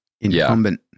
incumbent